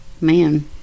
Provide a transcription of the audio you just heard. Man